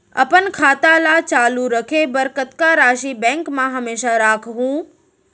अपन खाता ल चालू रखे बर कतका राशि बैंक म हमेशा राखहूँ?